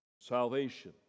salvation